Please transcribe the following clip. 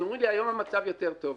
אז אומרים לי שהיום המצב יותר טוב.